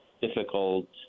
difficult